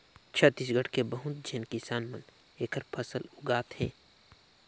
छत्तीसगढ़ के बहुत झेन किसान मन एखर फसल उगात हे